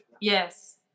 Yes